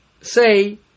say